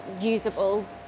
usable